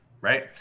right